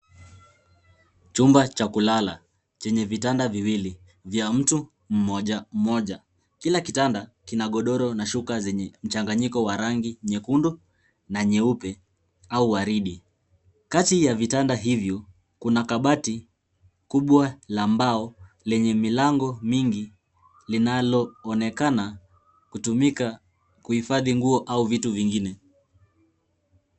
Chumba cha kulala chenye vitanda viwili vya mtu mmoja mmoja. Kila kitanda kina godoro na shuka zenye mchanganyiko wa rangi nyekundu na nyeupe au waridi. Kati ya vitanda hivyo, kuna kabati kubwa la mbao lenye milango mingi linaloonekana kutumika kuhifadhi nguo au vitu vingine.